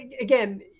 again